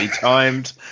timed